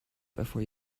before